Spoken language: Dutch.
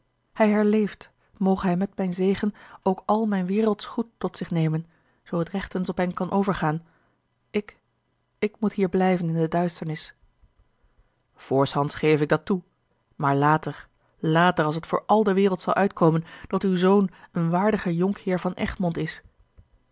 hij herleeft moge hij met mijn zegen ook al mijn wereldsch goed tot zich nemen zoo het rechtens op hem kan overgaan ik ik moet hier blijven in de duisternis a l g bosboom-toussaint de delftsche wonderdokter eel oorshands geve ik dat toe maar later later als het voor al de wereld zal uitkomen dat uw zoon een waardige jonkheer van egmond is